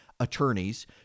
Attorneys